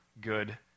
good